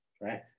right